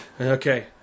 okay